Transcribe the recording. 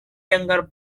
younger